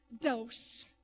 dose